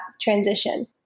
transition